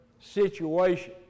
situation